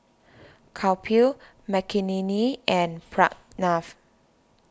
Kapil Makineni and Pranav